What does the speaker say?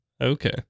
Okay